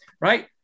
right